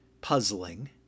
puzzling